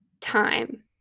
time